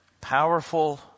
powerful